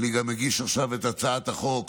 אני גם מגיש עכשיו את הצעת החוק